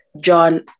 John